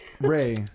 Ray